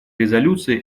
резолюции